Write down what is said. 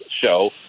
show